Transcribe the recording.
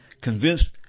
convinced